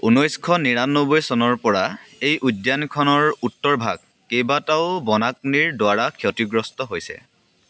ঊনৈছশ নিৰানব্বৈ চনৰ পৰা এই উদ্যানখনৰ উত্তৰ ভাগ কেইবাটাও বনাগ্নিৰ দ্বাৰা ক্ষতিগ্ৰস্ত হৈছে